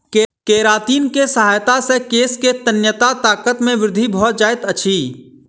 keratin के सहायता से केश के तन्यता ताकत मे वृद्धि भ जाइत अछि